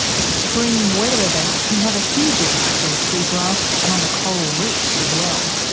extreme weather events can have a huge impact on seagrass and on the coral reefs as well.